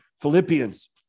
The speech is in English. Philippians